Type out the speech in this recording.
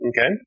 Okay